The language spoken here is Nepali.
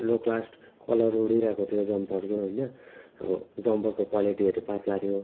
लो क्लास कलर उडिराको थियो जम्परको होइन अब जम्परको क्वालिटी हेऱ्यो पातला थियो